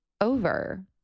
over